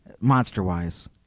Monster-wise